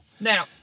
Now